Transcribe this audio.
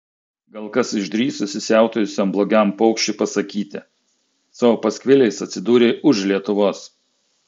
gal kas išdrįs įsisiautėjusiam blogam paukščiui pasakyti savo paskviliais atsidūrei už lietuvos